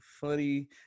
funny